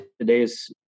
today's